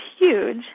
huge